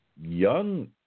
young